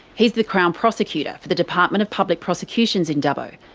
he's the crown prosecutor for the department of public prosecutions in dubbo.